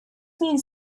means